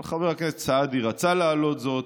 אבל חבר הכנסת סעדי רצה להעלות זאת,